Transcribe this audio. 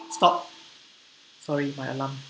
stop sorry my alarm